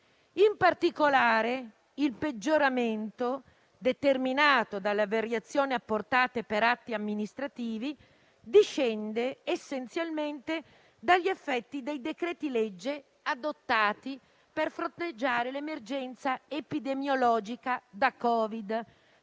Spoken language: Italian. In particolare, il peggioramento determinato dalle variazioni apportate per atti amministrativi discende essenzialmente dagli effetti dei decreti-legge adottati per fronteggiare l'emergenza epidemiologica da Covid,